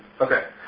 Okay